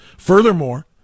Furthermore